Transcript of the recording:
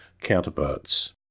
counterparts